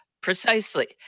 Precisely